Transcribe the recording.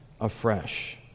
afresh